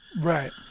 right